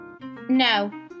No